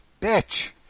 bitch